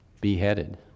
beheaded